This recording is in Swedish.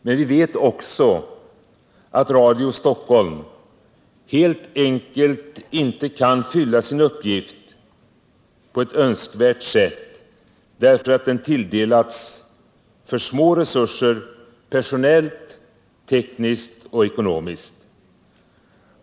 Men vi vet också att Radio Stockholm helt enkelt inte kan fylla sin uppgift på ett önskvärt sätt, därför att den tilldelats för små resurser personellt, tekniskt och ekonomiskt.